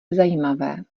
zajímavé